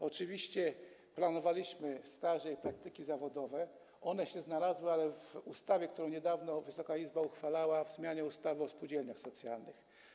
Oczywiście planowaliśmy staże i praktyki zawodowe, one się znalazły, ale w ustawie, którą niedawno Wysoka Izba uchwalała, w zmianie ustawy o spółdzielniach socjalnych.